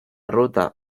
ruta